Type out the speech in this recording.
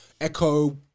echo